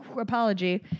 Apology